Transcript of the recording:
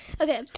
okay